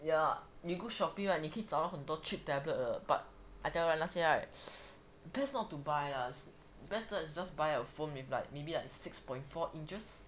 ya you go shopping right 你可以找很多 cheap tablet 的 but I tell you right 那些 but not to buy ah best to just buy a phone with like maybe like six point four inches